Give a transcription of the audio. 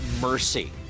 mercy